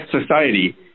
society